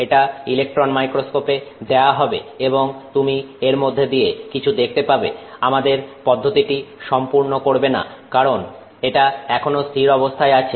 এটা ইলেকট্রন মাইক্রোস্কোপে দেওয়া হবে এবং তুমি এর মধ্যে দিয়ে কিছু দেখতে পাবে আমাদের পদ্ধতিটি সম্পূর্ণ করবে না কারণ এটা এখনো স্থির অবস্থায় আছে